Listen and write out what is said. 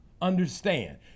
Understand